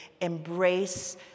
embrace